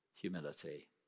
humility